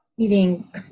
eating